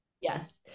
Yes